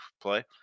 play